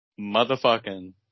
Motherfucking